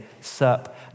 sup